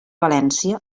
valència